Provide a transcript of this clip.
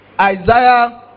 Isaiah